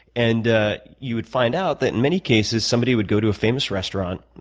and you would find out that in many cases, somebody would go to a famous restaurant,